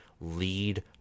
lead